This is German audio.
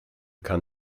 kann